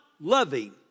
loving